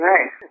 Nice